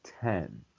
ten